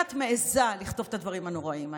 את מעיזה לכתוב את הדברים הנוראיים האלה?